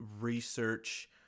research